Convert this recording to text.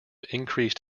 increased